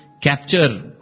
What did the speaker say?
capture